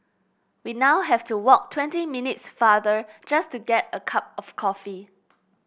we now have to walk twenty minutes farther just to get a cup of coffee